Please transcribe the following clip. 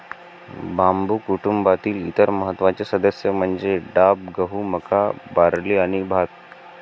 बांबू कुटुंबातील इतर महत्त्वाचे सदस्य म्हणजे डाब, गहू, मका, बार्ली आणि भात